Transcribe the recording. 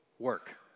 work